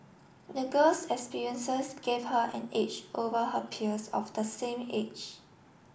the girl's experiences gave her an age over her peers of the same age